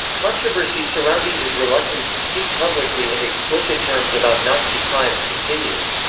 controversy surrounding his reluctance to speak publicly in explicit terms about nazi crimes continues.